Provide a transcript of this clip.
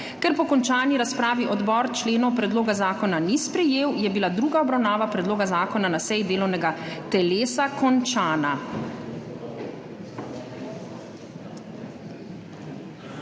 Ker po končani razpravi odbor členov predloga zakona ni sprejel, je bila druga obravnava predloga zakona na seji delovnega telesa končana.